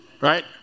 right